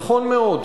נכון מאוד.